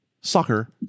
soccer